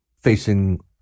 facing